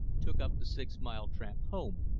took up the six-mile tramp home,